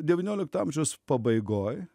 devyniolikto amžiaus pabaigoj